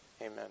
Amen